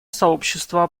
сообщество